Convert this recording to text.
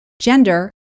gender